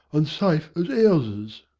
an' safe as ouses.